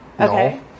Okay